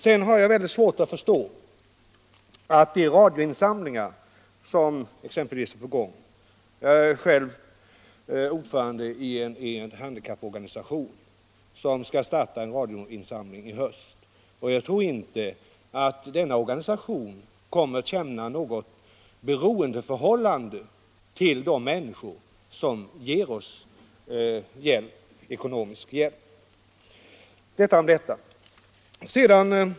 Jag har svårt att förstå vad som sades om de radioinsamlingar som pågår — jag är själv ordförande i en handikapporganisation som skall starta en radioinsamling till hösten, och jag tror inte att den organisationen kommer att känna något beroendeförhållande till de människor som lämnar ekonomisk hjälp. - Detta om detta.